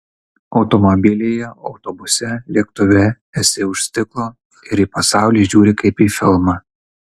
automobilyje autobuse lėktuve esi už stiklo ir į pasaulį žiūri kaip į filmą